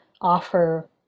offer